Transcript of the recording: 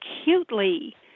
acutely